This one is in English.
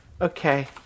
Okay